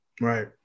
Right